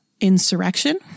Insurrection